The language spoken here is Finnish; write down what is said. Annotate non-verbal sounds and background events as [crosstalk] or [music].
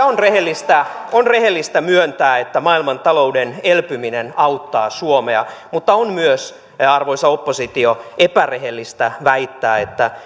[unintelligible] on rehellistä on rehellistä myöntää että maailmantalouden elpyminen auttaa suomea mutta on myös arvoisa oppostio epärehellistä väittää että [unintelligible]